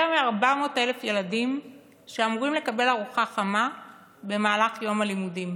יותר מ-400,000 ילדים אמורים לקבל ארוחה חמה במהלך יום הלימודים,